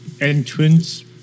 entrance